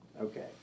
Okay